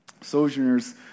Sojourners